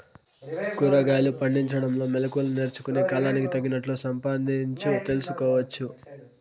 కూరగాయలు పండించడంలో మెళకువలు నేర్చుకుని, కాలానికి తగినట్లు సంపాదించు తెలుసుకోవచ్చు